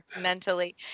mentally